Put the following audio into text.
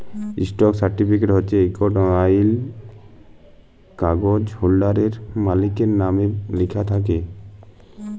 stock certificate হছে ইকট আইল কাগ্যইজ হোল্ডারের, মালিকের লামে লিখ্যা থ্যাকে